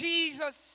Jesus